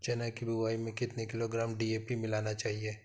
चना की बुवाई में कितनी किलोग्राम डी.ए.पी मिलाना चाहिए?